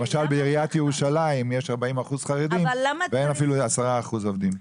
למשל בעיריית ירושלים יש 40% חרדים ואין אפילו 10% עובדים.